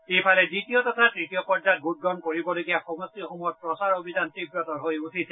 ইফালে দ্বিতীয় তথা তৃতীয় পৰ্যায়ত ভোটগ্ৰহণ কৰিব লগা সমষ্টিসমূহত প্ৰচাৰ অভিযান তীৱতৰ হৈ উঠিছে